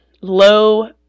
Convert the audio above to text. Low